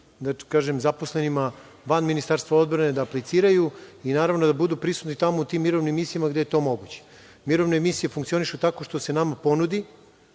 ostalim zaposlenima van Ministarstva odbrane da apliciraju i da budu prisutni u tim mirovnim misijama gde je to moguće. Mirovne misije funkcionišu tako što se nama ponudi,